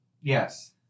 Yes